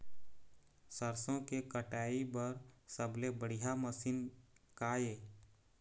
सरसों के कटाई बर सबले बढ़िया मशीन का ये?